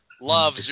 love